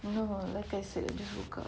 well like I said I just woke up